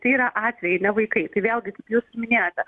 tai yra atvejai ne vaikai tai vėlgi kaip jūs ir minėjote